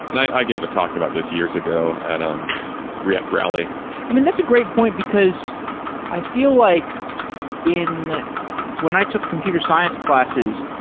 and i i gave a talk about this years ago at um react rally i mean, that's a great point, because i feel like in when i took computer science classes,